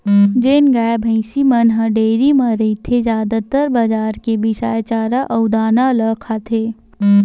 जेन गाय, भइसी मन ह डेयरी म रहिथे जादातर बजार के बिसाए चारा अउ दाना ल खाथे